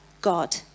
God